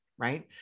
Right